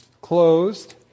closed